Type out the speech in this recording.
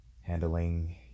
handling